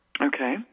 Okay